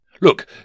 Look